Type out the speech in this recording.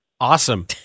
Awesome